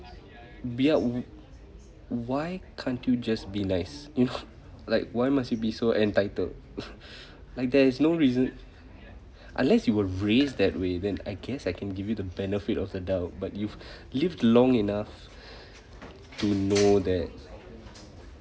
ya why can't you just be nice you know like why must you be so entitled like there is no reason unless you were raised that way then I guess I can give you the benefit of the doubt but you've lived long enough to know that